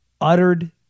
uttered